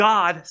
God